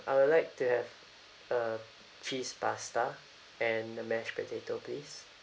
I would like to have a cheese pasta and the mashed potato please